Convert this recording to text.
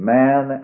man